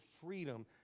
freedom